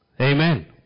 Amen